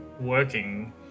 working